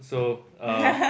so uh